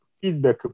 feedback